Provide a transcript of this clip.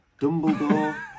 Dumbledore